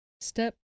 Step